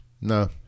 no